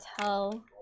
tell